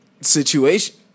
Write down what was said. situation